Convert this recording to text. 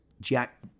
Jack